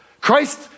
Christ